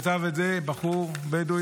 כתב את זה בחור בדואי,